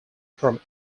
from